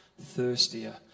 thirstier